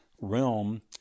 realm